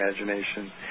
imagination